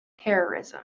terrorism